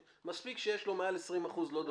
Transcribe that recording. מספיק שיש לו מעל 20% לא דתיים,